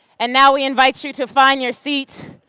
and now we invite you to find your seat.